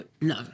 no